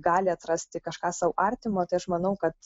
gali atrasti kažką sau artimo tai aš manau kad